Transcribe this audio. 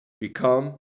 become